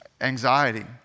anxiety